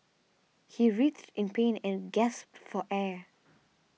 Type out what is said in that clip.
he writhed in pain and gasped for air